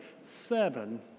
seven